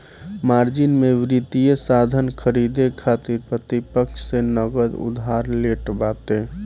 margin में वित्तीय साधन खरीदे खातिर प्रतिपक्ष से नगद उधार लेत बाटे